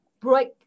break